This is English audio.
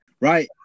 Right